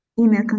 email